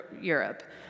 Europe